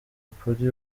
polly